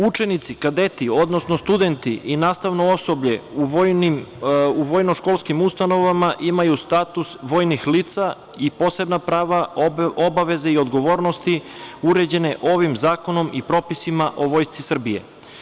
Učenici, kadeti, odnosno studenti i nastavno osoblje u vojno školskim ustanovama imaju status vojnih lica i posebna prava, obaveze i odgovornosti uređene ovim zakonom i propisima o Vojsci Srbije.